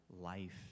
life